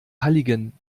halligen